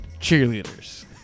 cheerleaders